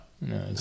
no